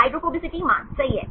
hydrophobicity मान सही है